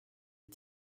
est